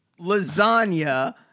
lasagna